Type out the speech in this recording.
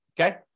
Okay